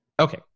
okay